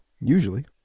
Usually